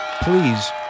please